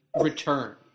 return